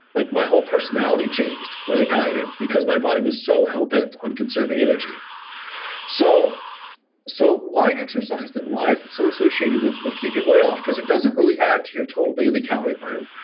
like my whole personality changed when i dieted because my body was so hell-bent on conserving energy so so why exercise then? why is it so associated with with keeping weight off because it doesn't really add to your total daily calorie burn?